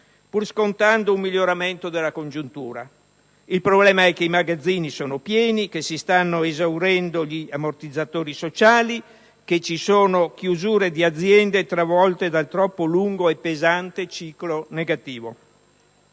pur scontando un miglioramento della congiuntura. Il problema è che i magazzini sono pieni; si stanno esaurendo gli ammortizzatori sociali, ci sono chiusure di aziende travolte dal troppo lungo e pesante ciclo negativo.